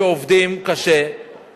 שעובדים קשה ולא גומרים את החודש,